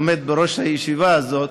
הוא עומד בראש הישיבה הזאת.